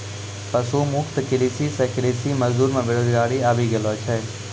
पशु मुक्त कृषि से कृषि मजदूर मे बेरोजगारी आबि गेलो छै